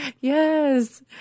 Yes